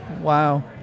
Wow